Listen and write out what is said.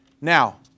Now